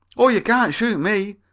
oh, you can't shoot me,